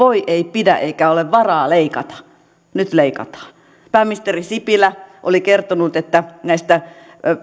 voi ei pidä eikä ole varaa leikata nyt leikataan pääministeri sipilä oli kertonut että näistä